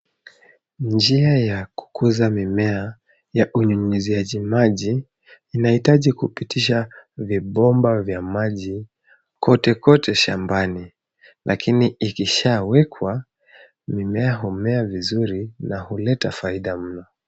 Njia ya kukuza mimea ya kunyunyiziji maji, inahitaji kupitisha vibomba vya maji kote kote shambani. Lakini ikishawekwa, mimea umea vizuri na huleta faida mno.